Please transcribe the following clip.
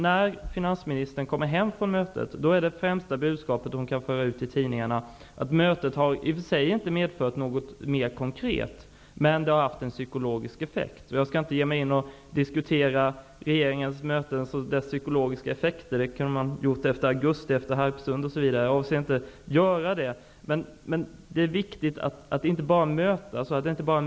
När finansministern kom hem från mötet var det främsta budskapet till tidningarna att mötet i och för sig inte medförde någonting konkret, men att det hade en psykologisk effekt. Jag skall inte gå in på någon diskussion om regeringens möten och deras psykologiska effekter. Det hade man kunnat diskutera efter augusti, efter Harpsund, osv. Men det är viktigt att inte bara mötas.